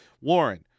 Warren